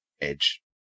Edge